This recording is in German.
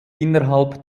innerhalb